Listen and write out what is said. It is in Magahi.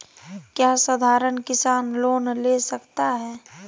क्या साधरण किसान लोन ले सकता है?